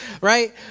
right